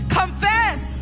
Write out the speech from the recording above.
confess